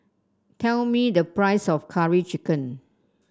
tell me the price of Curry Chicken